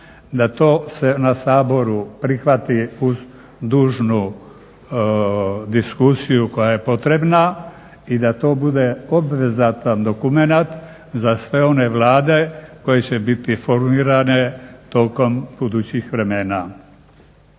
da to se na Saboru prihvati uz dužnu diskusiju koja je potrebna i da to bude obvezatan dokument za sve one Vlade koje će biti formirane tokom budućih vremena.